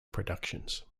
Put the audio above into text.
productions